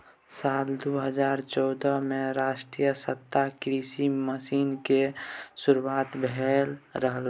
साल दू हजार चौदह मे राष्ट्रीय सतत कृषि मिशन केर शुरुआत भेल रहै